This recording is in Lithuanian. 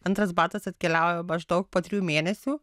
antras batas atkeliauja maždaug po trijų mėnesių